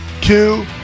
Two